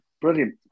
brilliant